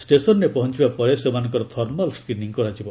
ଷ୍ଟେସନ୍ରେ ପହଞ୍ଚିବା ପରେ ସେମାନଙ୍କର ଥର୍ମାଲ୍ ସ୍କ୍ରିନିଂ କରାଯିବ